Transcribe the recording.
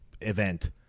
event